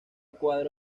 cuadro